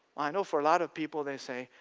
i know for a lot of people they say,